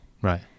right